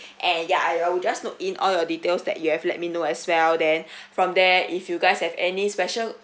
and yeah I I will just note in all your details that you have let me know as well then from there if you guys have any special